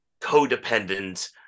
codependent